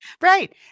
Right